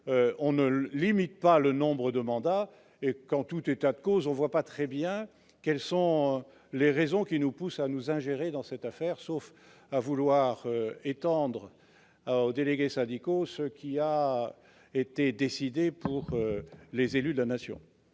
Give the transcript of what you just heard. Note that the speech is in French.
l'on ne limite pas le nombre de mandats. En tout état de cause, on ne voit pas bien pourquoi nous devrions nous ingérer dans cette affaire, sauf à vouloir étendre aux délégués syndicaux ce qui a été décidé pour les élus de la Nation